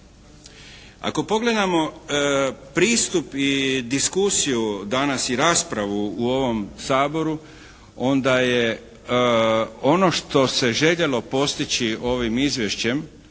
Ako pogledamo pristup i diskusiju danas i raspravu u ovom Saboru onda je ono što se željelo postići ovim izvješćem